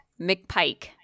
mcpike